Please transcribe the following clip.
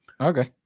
Okay